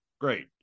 Great